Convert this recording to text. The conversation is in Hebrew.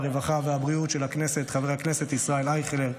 והרווחה של הכנסת חבר הכנסת ישראל אייכלר,